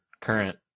current